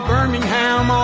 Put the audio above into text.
Birmingham